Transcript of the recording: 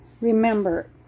Remember